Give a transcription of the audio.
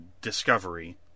Discovery